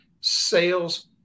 sales